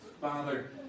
Father